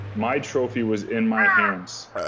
my trophy was in my hands.